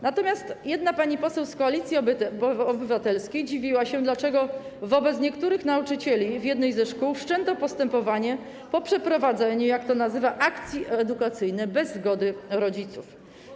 Natomiast jedna pani poseł z Koalicji Obywatelskiej dziwiła się, dlaczego wobec niektórych nauczycieli w jednej ze szkół wszczęto postępowanie po przeprowadzeniu, jak to nazywa, akcji edukacyjnej bez zgody rodziców.